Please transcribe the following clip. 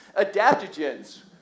Adaptogens